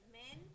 men